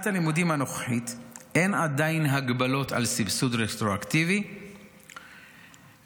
קצר מאוד ופשוט, ואין צורך להגיש מסמכים כלל.